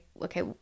okay